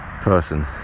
person